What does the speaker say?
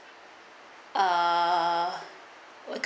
uh